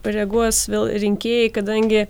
reaguos vėl rinkėjai kadangi